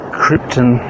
krypton